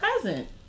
present